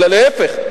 אלא להיפך.